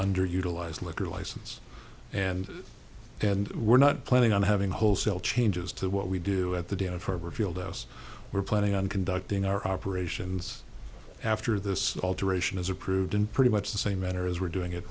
underutilized liquor license and and we're not planning on having wholesale changes to what we do at the day of her field s we're planning on conducting our operations after this alteration is approved in pretty much the same manner as we're doing it